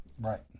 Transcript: Right